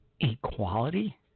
equality